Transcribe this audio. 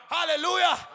Hallelujah